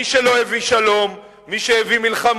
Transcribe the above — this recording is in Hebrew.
אדוני